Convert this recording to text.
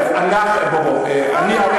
בואו, בואו, תראו.